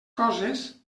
coses